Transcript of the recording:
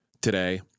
today